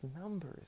numbers